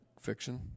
fiction